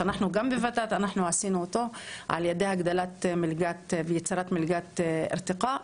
שגם בוות"ת עשינו אותו ע"י הגדלת ויצירת מלגת ארתקא,